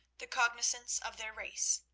the cognizance of their race.